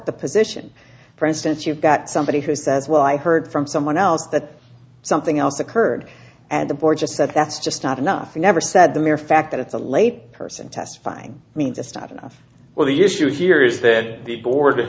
the position for instance you've got somebody who says well i heard from someone else that something else occurred and the board just said that's just not enough i never said the mere fact that it's a lay person testifying means it's not enough well the issue here is that the board